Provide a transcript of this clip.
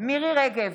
מירי מרים רגב,